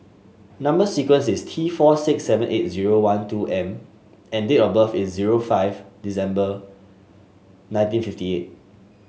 number sequence is T four six seven eight zero one two M and date of birth is zero five December nineteen fifty eight